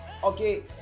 Okay